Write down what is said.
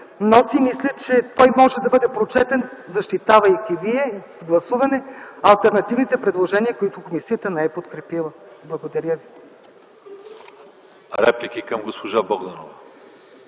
но си мисля, че той може да бъде прочетен, защитавайки вие с гласуване алтернативните предложения, които комисията не е подкрепила. Благодаря ви.